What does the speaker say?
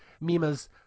mima's